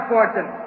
Fortune